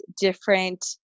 different